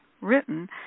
written